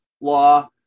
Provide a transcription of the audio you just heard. law